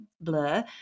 blur